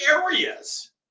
areas